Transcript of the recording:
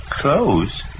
Clothes